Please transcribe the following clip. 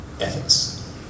ethics